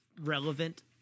relevant